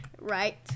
Right